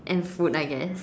and fruit I guess